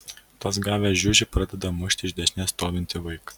tas gavęs žiužį pradeda mušti iš dešinės stovintį vaiką